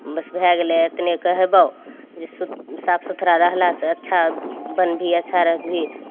बस भए गेलै एतने कहबौ जे सु साफ सुथड़ा रहला से अच्छा बनबिहि अच्छा रहबीही